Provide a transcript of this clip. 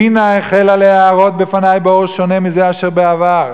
וינה החלה להיראות בפני באור שונה מזה אשר בעבר.